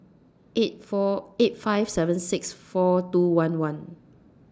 eight four eight five seven six four two one one